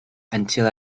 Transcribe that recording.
until